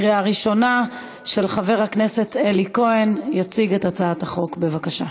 עברה בקריאה ראשונה ותעבור לוועדת החוקה,